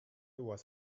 was